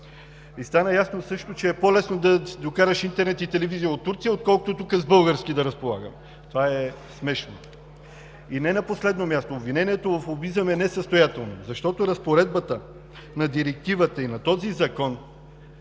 И стана ясно също, че е по-лесно да си докараш интернет и телевизия от Турция, отколкото тук с български да разполагаме. Това е смешно! И не на последно място, обвинението в лобизъм е несъстоятелно, защото разпоредбата на директивата и на този закон